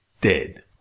dead